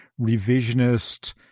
revisionist